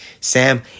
Sam